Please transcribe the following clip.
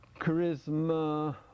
charisma